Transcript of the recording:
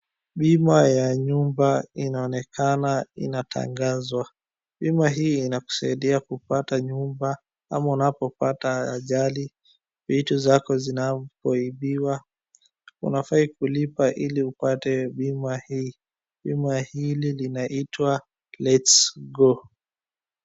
Bima ya nyumba inaonekana inatangazwa bima hii inakusaidia kupata nyumba ama unapopata ajali vitu zinapoibiwa unafai kulipa ili upate bima hii. Bima hili linaitwa Lets Go.